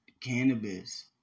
Cannabis